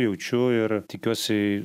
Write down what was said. jaučiu ir tikiuosi